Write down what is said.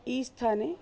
इ स्थाने